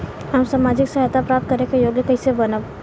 हम सामाजिक सहायता प्राप्त करे के योग्य कइसे बनब?